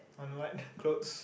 on what clothes